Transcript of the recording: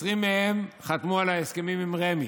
20 מהן חתמו על ההסכמים עם רמ"י,